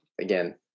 again